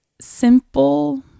simple